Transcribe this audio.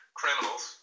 criminals